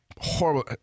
horrible